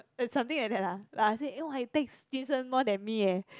it's something like that lah like I say eh !wah! you text Jason more than me leh